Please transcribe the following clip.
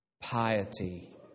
Piety